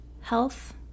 health